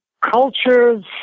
cultures